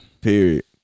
Period